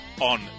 on